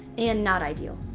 and not ideal.